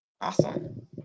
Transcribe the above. Awesome